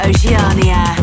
Oceania